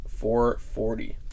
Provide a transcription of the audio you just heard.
440